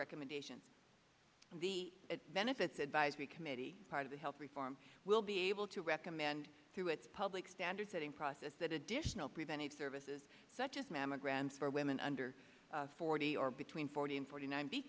recommendation the benefits advisory committee part of the health reform will be able to recommend through its public standards setting process that additional preventive services such as mammograms for women under forty or between forty and forty nine be